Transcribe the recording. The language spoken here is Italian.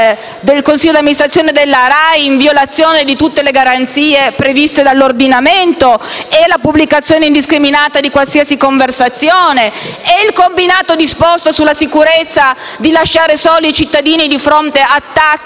del consiglio di amministrazione della RAI in violazione di tutte le garanzie previste dall'ordinamento? È la pubblicazione indiscriminata di qualsiasi conversazione? È il combinato disposto sulla sicurezza di lasciare soli i cittadini di fronte ad